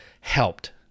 helped